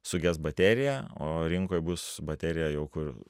suges baterija o rinkoj bus baterija jau kur